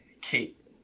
Kate